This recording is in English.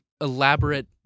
elaborate